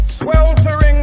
sweltering